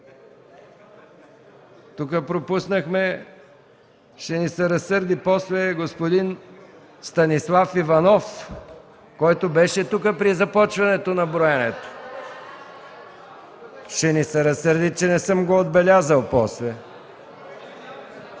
Тук пропуснахме – ще ни се разсърди после, господин Станислав Иванов, който беше тук при започването на броенето. (Шум и реплики.) Ще ни се разсърди, че не съм го отбелязал после.